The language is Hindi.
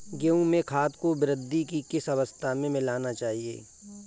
गेहूँ में खाद को वृद्धि की किस अवस्था में मिलाना चाहिए?